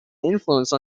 influence